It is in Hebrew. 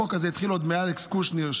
החוק הזה התחיל עוד מאלכס קושניר,